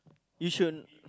you should